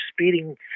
speeding